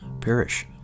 perish